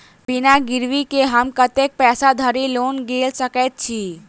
बिना गिरबी केँ हम कतेक पैसा धरि लोन गेल सकैत छी?